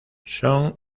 son